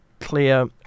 clear